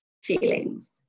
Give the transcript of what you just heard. Feelings